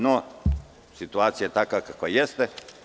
No, situacija je takva kakva jeste.